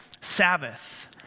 Sabbath